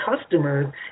customers